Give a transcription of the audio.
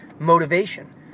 Motivation